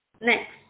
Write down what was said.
Next